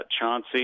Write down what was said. Chauncey